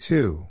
Two